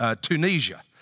Tunisia